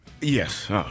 Yes